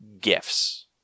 gifts